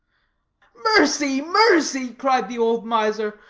mercy, mercy! cried the old miser,